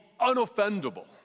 unoffendable